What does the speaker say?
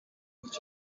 gice